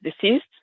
deceased